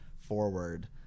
forward